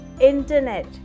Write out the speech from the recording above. internet